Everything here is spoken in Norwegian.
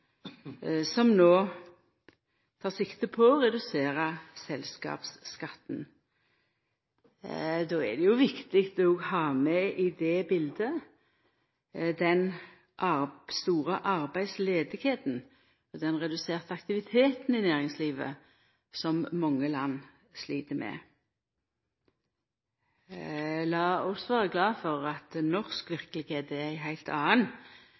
som no tek sikte på å redusera selskapsskatten. Då er det viktig å ha med i det biletet den store arbeidsløysa og den reduserte aktiviteten i næringslivet som mange land slit med. Lat oss vera glade for at norsk verkelegheit er ei heilt